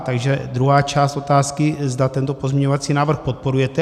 Takže druhá část otázky zda tento pozměňovací návrh podporujete.